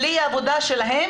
בלי העבודה שלהם